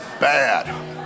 bad